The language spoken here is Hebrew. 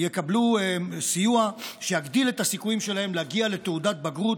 יקבלו סיוע שיגדיל את הסיכויים שלהם להגיע לתעודת בגרות,